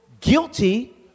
guilty